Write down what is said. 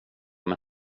med